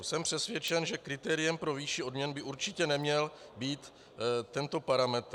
Jsem přesvědčen, že kritériem pro výši odměn by určitě neměl být tento parametr.